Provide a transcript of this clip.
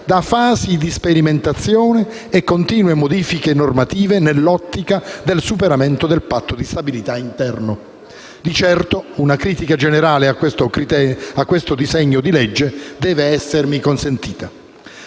da fasi di sperimentazione e continue modifiche normative nell'ottica del superamento del Patto di stabilità interno. Di certo, una critica generale al disegno di legge in esame deve essermi consentita.